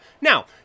Now